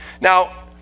now